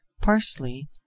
parsley